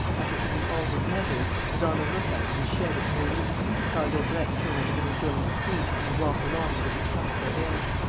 after taking all his measures, was on the lookout in his shed at neuilly and saw daubrecq turn out of an adjoining street and walk along with a distrustful air.